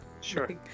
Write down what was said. Sure